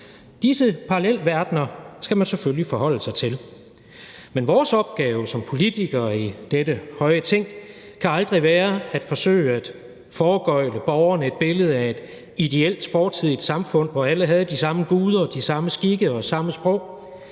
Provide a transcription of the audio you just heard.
disse parallelverdener skal man selvfølgelig forholde sig til. Men vores opgave som politikere i dette høje Ting kan aldrig være at forsøge at foregøgle borgerne et billede af et ideelt fortidigt samfund, hvor alle havde de samme guder og de samme skikke og det samme sprog,